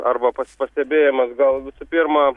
arba pas pastebėjimas gal visų pirma